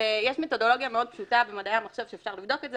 יש מתודולוגיה מאוד פשוטה במדעי המחשב שאפשר לבדוק את זה.